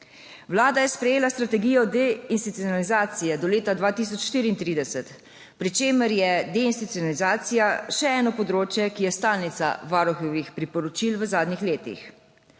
Vlada je sprejela strategijo deinstitucionalizacije do leta 2034, pri čemer je deinstitucionalizacija še eno področje, ki je stalnica Varuhovih priporočil v zadnjih letih.